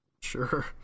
Sure